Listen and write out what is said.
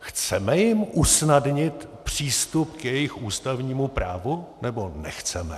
Chceme jim usnadnit přístup k jejich ústavnímu právu, nebo nechceme?